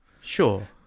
Sure